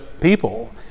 people